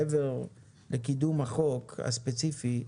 מעבר לקידום החוק הספציפי,